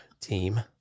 team